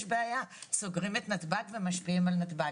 בעיה סוגרים את נתב"ג ומשפיעים על נתב"ג.